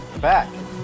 back